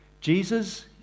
Jesus